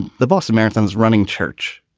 the boston marathon is running church.